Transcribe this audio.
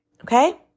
okay